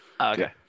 okay